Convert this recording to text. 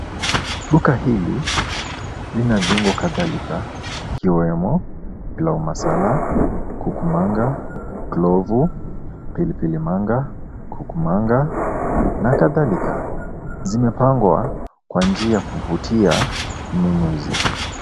Duka hili lina viungu kadhalika ikiwemo pilau masala, kukumanga, clovu, pilipili manga, kukumanga na kadhalika. Zimepangwa kwa njia ya kuvutia mnunuzi.